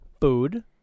Food